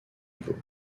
niveau